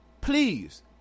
Please